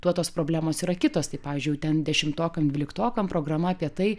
tuo tos problemos yra kitos tai pavyzdžiui jau ten dešimtokam dvyliktokam programa apie tai